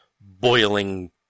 boiling